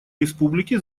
республики